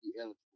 eligible